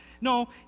No